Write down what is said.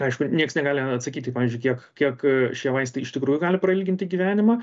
aišku nieks negali atsakyti pavyzdžiui kiek kiek šie vaistai iš tikrųjų gali prailginti gyvenimą